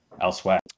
elsewhere